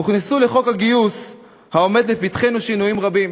הוכנסו בחוק הגיוס העומד לפתחנו שינויים רבים,